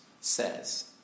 says